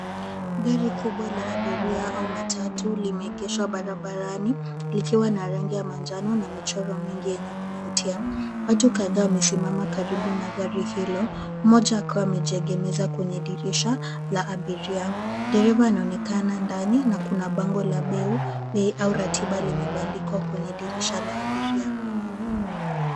Gari kubwa la abiria au matatu limeegeshwa likiwa na rangi ya manjano na michoro mingi yenye kuvutia. Watu kadhaa wamesimama karibu na gari hilo, mmoja akiwa amejiegemeza kwenye dirisha la abiria. Dereva anaonekana ndani na kuna bango la bei au ratiba limebandikwa kwenye dirisha la abiria.